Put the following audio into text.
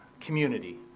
community